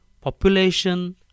population